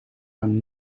een